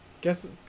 Guess